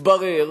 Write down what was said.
התברר